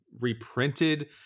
reprinted